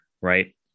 right